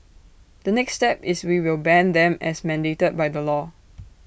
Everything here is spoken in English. the next step is we will ban them as mandated by the law